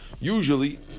Usually